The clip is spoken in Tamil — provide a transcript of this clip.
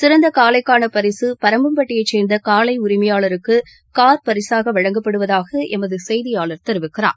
சிறந்த காளைக்கான பரிசு பரம்பப்பட்டியைச் சேர்ந்த காளை உரிமையாளருக்கு கார் பரிசாக வழங்கப்படுவதாக எமது செய்தியாளர் தெரிவிக்கிறார்